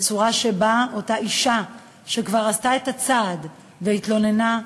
כדי שאותה אישה שכבר עשתה את הצעד והתלוננה,